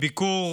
ולצערי, מביקור